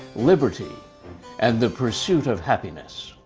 liberty and the pursuit of happiness.